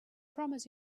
promise